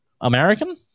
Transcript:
American